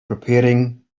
preparing